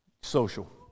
social